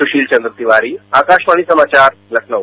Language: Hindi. सुशील चन्द्र तिवारी आकाशवाणी समाचार लखनऊ